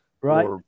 right